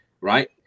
Right